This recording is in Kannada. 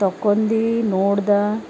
ತೊಕ್ಕೊಂಡಿ ನೋಡಿದ